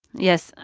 yes,